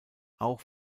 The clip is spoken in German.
auch